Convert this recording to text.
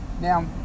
Now